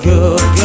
Good